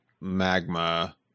magma